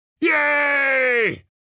Yay